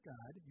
God